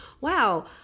wow